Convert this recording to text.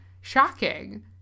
shocking